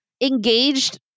engaged